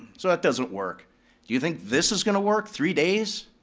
so that doesn't work. do you think this is gonna work, three days?